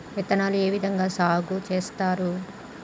విత్తనాలు ఏ విధంగా సాగు చేస్తారు?